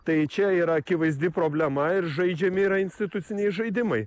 tai čia yra akivaizdi problema ir žaidžiami yra instituciniai žaidimai